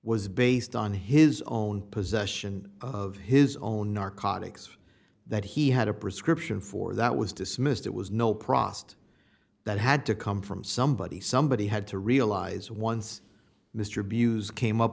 was based on his own possession of his own narcotics that he had a prescription for that was dismissed it was no prost that had to come from somebody somebody had to realize once mr abuse came up